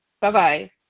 Bye-bye